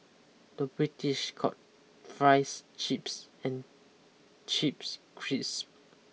the British calls fries chips and chips crisp